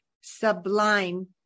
sublime